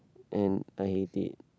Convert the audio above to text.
and I did